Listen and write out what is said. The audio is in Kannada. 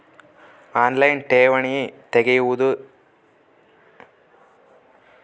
ಆನ್ ಲೈನ್ ಠೇವಣಿ ತೆರೆಯುವುದು ಹೇಗೆ?